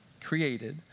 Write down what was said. created